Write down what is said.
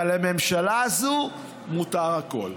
אבל לממשלה הזו מותר הכול.